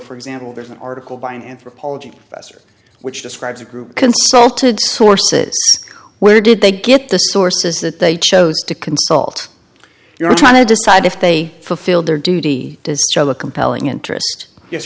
for example there's an article by an anthropology professor which describes a group consulted sources where did they get the sources that they chose to consult you're trying to decide if they fulfilled their duty to a compelling interest yes